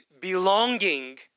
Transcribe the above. belonging